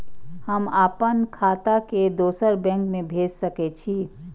हम आपन खाता के दोसर बैंक में भेज सके छी?